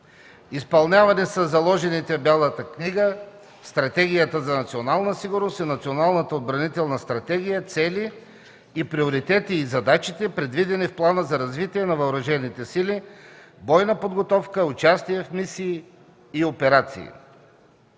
Изпълнявани са заложените в Бялата книга, Стратегията за национална сигурност и Националната отбранителна стратегия цели, приоритети и задачите, предвидени в Плана за развитие на въоръжените сили – бойна подготовка, участие в мисии и операции.